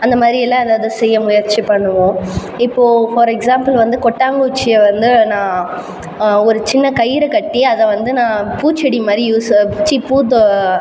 அந்த மாதிரியெல்லாம் ஏதாவது செய்ய முயற்சி பண்ணுவோம் இப்போது ஃபார் எக்ஸாம்பிள் வந்து கொட்டாங்குச்சியை வந்து நான் ஒரு சின்ன கயிறு கட்டி அதை வந்து நான் பூச்செடி மாதிரி யூஸ் ச்சி பூத்தொ